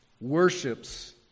worships